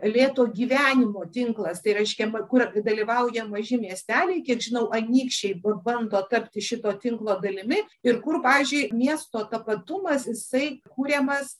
lėto gyvenimo tinklas tai reiškia nu kur dalyvauja maži miesteliai kiek žinau anykščiai bu bando tapti šito tinklo dalimi ir kur pavyzdžiui miesto tapatumas jisai kuriamas